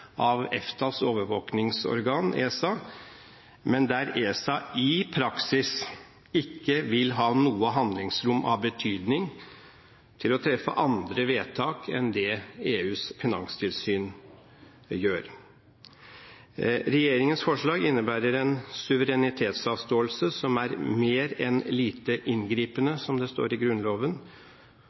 av EFTAs overvåkingsorgan ESA, men der ESA i praksis ikke vil ha noe handlingsrom av betydning til å treffe andre vedtak enn det EUs finanstilsyn gjør. Regjeringens forslag innebærer en suverenitetsavståelse som er mer enn lite inngripende, som det står i Grunnloven.